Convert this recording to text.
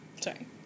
Sorry